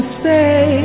say